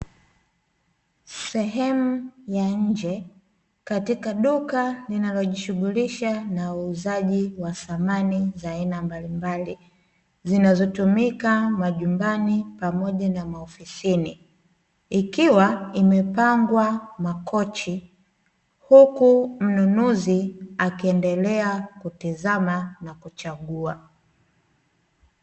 Sehemu ya nje katika duka linalijishughulisha na uuzaji wa samani za aina mbalimbali, Zinazotumika majumbani pamoja na maofisini. Ikiwa imepangwa makochi, huku mnunuzi akiedelea kutezama na kuchagua.